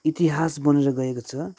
इतिहास बनेर गएको छ